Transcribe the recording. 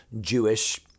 Jewish